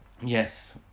Yes